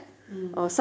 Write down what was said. mm